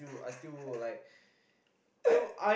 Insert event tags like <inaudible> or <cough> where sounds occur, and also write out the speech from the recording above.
<laughs>